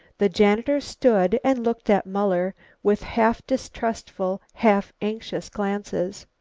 the janitor stood and looked at muller with half distrustful, half anxious glances.